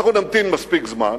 אנחנו נמתין מספיק זמן